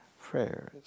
prayers